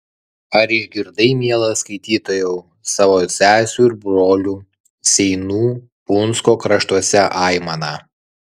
ar išgirdai mielas skaitytojau savo sesių ir brolių seinų punsko kraštuose aimaną